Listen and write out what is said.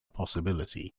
possibility